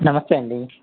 నమస్తే అండి